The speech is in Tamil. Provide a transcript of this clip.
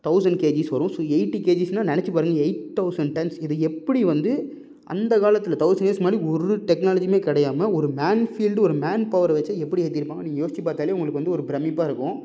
தௌசண்ட் கேஜிஸ் வரும் ஸோ எயிட்டி கேஜிஸ்ன்னா நினச்சி பாருங்கள் எயிட் தௌசண்ட் டன்ஸ் இது எப்படி வந்து அந்த காலத்தில் தௌசண்ட் இயர்ஸ்க்கு முன்னாடி ஒரு டெக்னாலஜியுமே கிடையாம ஒரு மேன் ஃபீல்டு ஒரு மேன் பவரை வச்சே எப்படி ஏற்றிருப்பாங்க நீங்கள் யோசிச்சி பார்த்தாலே உங்களுக்கு வந்து ஒரு பிரம்மிப்பாக இருக்கும்